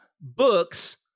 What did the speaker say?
books